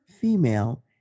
female